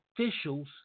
officials